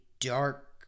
dark